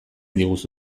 diguzu